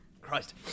Christ